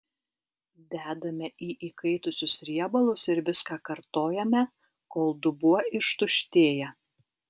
dedame į įkaitusius riebalus ir viską kartojame kol dubuo ištuštėja